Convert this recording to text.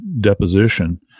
deposition